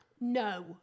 no